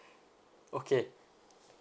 okay